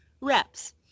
reps